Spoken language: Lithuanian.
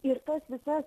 ir tas visas